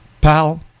pal